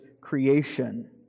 creation